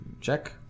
check